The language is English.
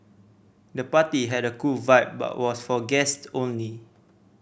the party had a cool vibe but was for guests only